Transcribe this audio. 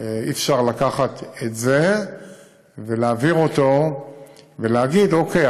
אי-אפשר לקחת את זה ולהעביר אותו ולהגיד: אוקיי,